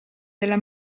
della